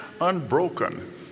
Unbroken